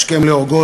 השכם להורגו,